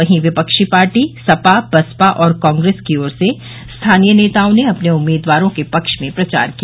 वहीं विपक्षी पार्टी सपाबसपा और कांग्रेस की ओर से स्थानीय नेताओं ने अपने उम्मीदवारों के पक्ष में प्रचार किया